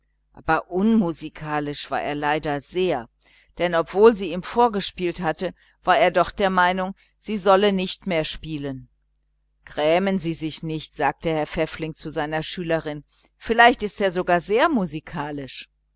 aber unmusikalisch war er leider sehr denn obwohl sie ihm vorgespielt hatte war er doch der meinung sie solle nicht mehr klavier spielen grämen sie sich darüber nicht sagte herr pfäffling zu seiner schülerin vielleicht ist er sogar sehr musikalisch